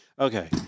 Okay